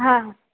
हा